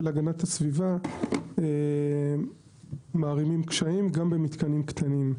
הגנת הסביבה מרים קשיים גם במתקנים קטנים.